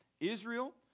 Israel